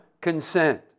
consent